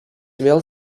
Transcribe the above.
vėl